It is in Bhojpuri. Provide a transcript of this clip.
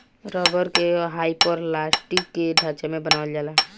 रबर के हाइपरलास्टिक के ढांचा में बनावल जाला